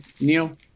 Neil